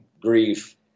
grief